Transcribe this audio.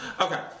Okay